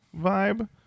vibe